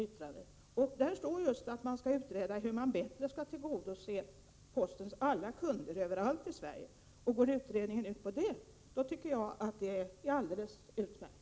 I yttrandet i fråga står det just att man bör utreda hur man på ett bättre sätt skall kunna tillgodose postens alla kunder överallt i Sverige. Går utredningen ut på detta, tycker jag att det är alldeles utmärkt.